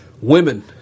Women